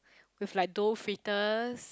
with like dough fritters